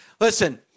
Listen